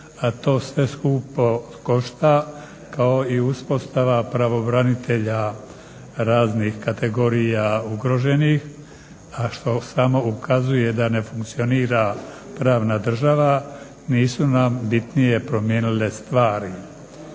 a to sve skupo košta kao i uspostava pravobranitelja raznih kategorija ugroženih, a što samo ukazuje da ne funkcionira pravna država nisu nam bitnije promijenile stvari.